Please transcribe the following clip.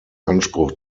anspruch